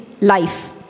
life